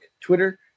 Twitter